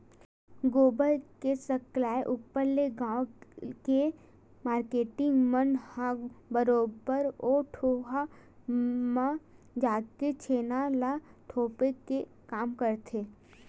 गोबर के सकलाय ऊपर ले गाँव के मारकेटिंग मन ह बरोबर ओ ढिहाँ म जाके छेना ल थोपे के काम करथे